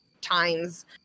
times